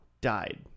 died